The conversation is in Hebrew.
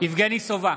יבגני סובה,